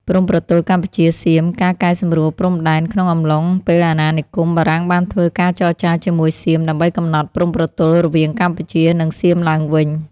ព្រំប្រទល់កម្ពុជា សៀម ការកែសម្រួលព្រំដែនក្នុងអំឡុងពេលអាណានិគម បារាំងបានធ្វើការចរចាជាមួយសៀមដើម្បីកំណត់ព្រំប្រទល់រវាងកម្ពុជា និងសៀមឡើងវិញ។